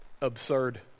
Absurd